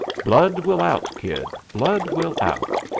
blood will out, kid blood will out.